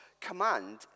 command